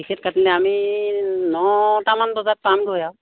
ticket কাটিলে আমি নটামান বজাত পামগৈ আৰু